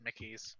Mickeys